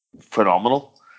phenomenal